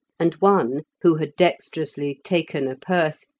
and one, who had dexterously taken a purse,